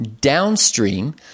downstream